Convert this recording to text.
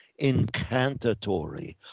incantatory